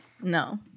No